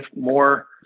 more